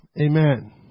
Amen